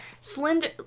Slender